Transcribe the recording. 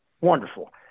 Wonderful